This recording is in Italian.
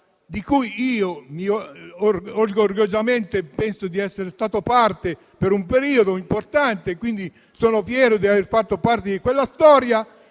di cui io orgogliosamente penso di essere stato parte per un periodo importante e, quindi, sono fiero di aver fatto parte di quella storia